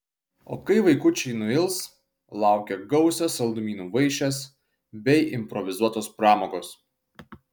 o kai vaikučiai nuils laukia gausios saldumynų vaišės bei improvizuotos pramogos